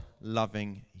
loving